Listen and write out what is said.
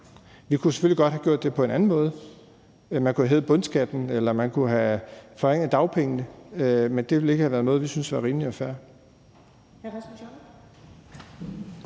Vi kunne selvfølgelig godt have gjort det på en anden måde. Man kunne have hævet bundskatten, eller man kunne have forringet dagpengene, men det ville ikke have været noget, vi syntes var rimeligt og fair.